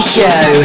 Show